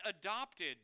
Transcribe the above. adopted